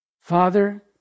Father